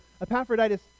Epaphroditus